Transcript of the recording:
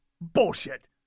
Bullshit